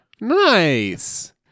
Nice